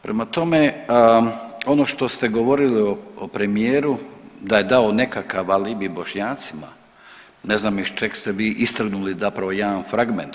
Prema tome, ono što ste govorili o premijeru da je dao nekakav alibi Bošnjacima na znam iz čeg ste vi istrgnuli zapravo jedan fragment.